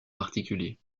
particulier